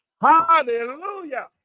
Hallelujah